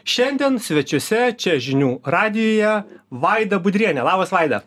šiandien svečiuose čia žinių radijuje vaida budrienė labas vaida